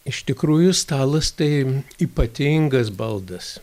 iš tikrųjų stalas tai ypatingas baldas